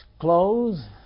clothes